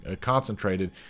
concentrated